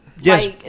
Yes